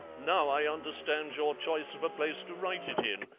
now i understand your choice of a place to write it in,